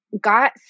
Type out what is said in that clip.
got